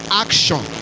Action